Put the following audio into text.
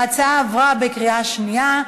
ההצעה עברה בקריאה שנייה.